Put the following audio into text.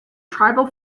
tribal